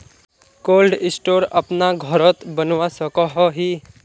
Cold store अपना घोरोत बनवा सकोहो ही?